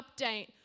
update